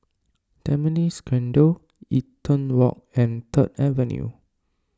Tampines Grande Eaton Walk and Third Avenue